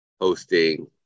hosting